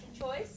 choice